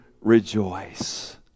rejoice